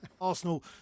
Arsenal